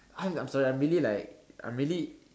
I'm I'm sorry I'm really like I'm really